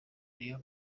niyo